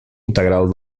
integral